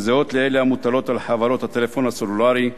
וזהות לאלה המוטלות על חברות הטלפון הסלולרי,